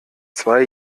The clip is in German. zwei